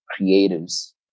creatives